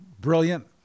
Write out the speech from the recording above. brilliant